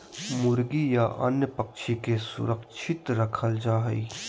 मुर्गी या अन्य पक्षि के सुरक्षित रखल जा हइ